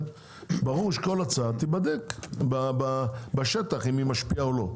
וברור שכל הצעה תיבדק בשטח האם היא משפיעה או לא.